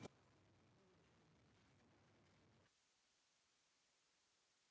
Merci